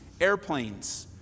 Airplanes